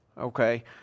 Okay